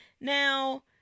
Now